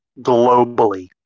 globally